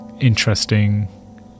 interesting